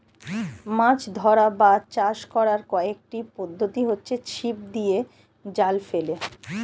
মাছ ধরা বা চাষ করার কয়েকটি পদ্ধতি হচ্ছে ছিপ দিয়ে, জাল ফেলে